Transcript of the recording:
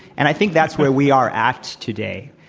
and i think that's where we are at today.